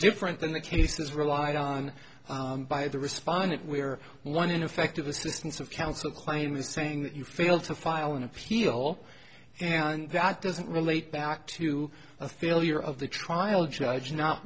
different than the cases relied on by the respondent where one ineffective assistance of counsel claim was saying that you fail to file an appeal and that doesn't relate back to a failure of the trial judge not